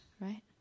right